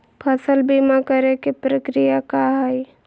फसल बीमा करे के प्रक्रिया का हई?